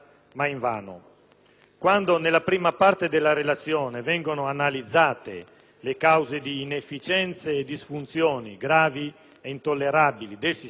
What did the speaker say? Quando, nella prima parte della relazione, vengono analizzate le cause di inefficienze e disfunzioni (gravi e intollerabili) del sistema giustizia,